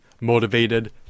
motivated